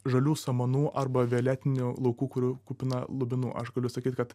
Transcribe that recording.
žalių samanų arba violetinių laukų kurių kupina lubinų aš galiu sakyt kad